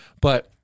but-